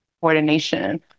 coordination